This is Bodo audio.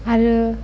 आरो